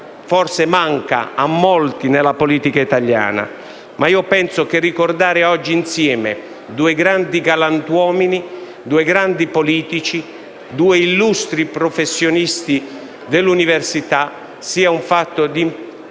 oggi manca a molti nella politica italiana. Penso che ricordare oggi insieme due grandi galantuomini, due grandi politici e due illustri professionisti dell'università sia un fatto importante